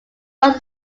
lost